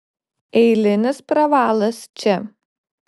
eilinis pravalas čia